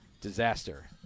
Disaster